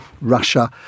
Russia